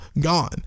gone